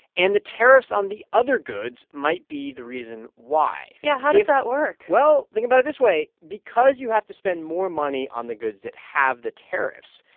and the tariffs on the other goods might be the reason why. if. yeah. how does that work? well, think about it this way. because you have to spend more money on the goods that have the tariffs,